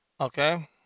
okay